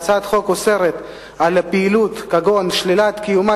הצעת החוק אוסרת פעילות כגון שלילת קיומה